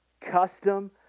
custom